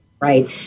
right